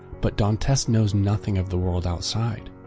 but dantes knows nothing of the world outside.